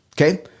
Okay